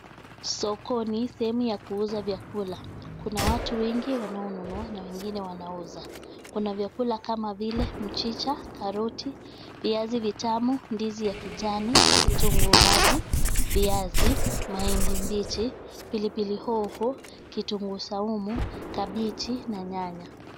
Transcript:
Sokoni, sehemu ya kuuza vyakula. Kuna watu wengi wanaonunua na wengine wanauza. Kuna vyakula kama vile: mchicha, karoti, viazi vitamu, ndizi ya kijani, kitunguu maji, viazi, mahindi mbichi, pilipili hoho, kitunguu saumu, kabichi, na nyanya.